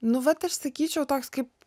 nu vat aš sakyčiau toks kaip